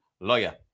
lawyer